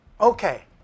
Okay